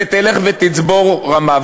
ותלך ותצבור רמה.